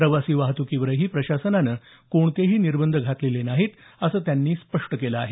प्रवासी वाहतुकीवरही प्रशासनानं कोणतेही निर्बंध घातलेले नाहीत असंही त्यांनी स्पष्ट केलं आहे